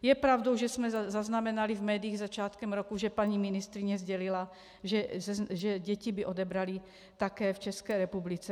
Je pravdou, že jsme zaznamenali v médiích začátkem roku, že paní ministryně sdělila, že děti by odebrali také v České republice.